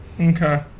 Okay